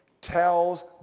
tells